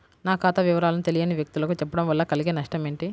నా ఖాతా వివరాలను తెలియని వ్యక్తులకు చెప్పడం వల్ల కలిగే నష్టమేంటి?